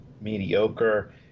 mediocre